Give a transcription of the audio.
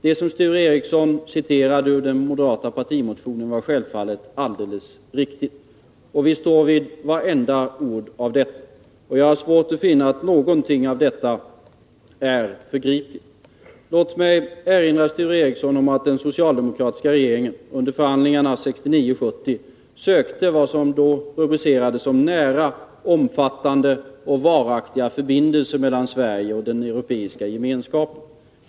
Det som Sture Ericson citerade ur den moderata partimotionen var självfallet alldeles riktigt. Vi står vid vartenda ord. Jag har svårt att finna att något av det vi har skrivit är förgripligt. Låt mig erinra Sture Ericson om att den socialdemokratiska regeringen under förhandlingarna 1969 och 1970 sökte vad som då rubricerades såsom nära, omfattande och varaktiga förbindelser mellan Sverige och den europeiska gemenskapen.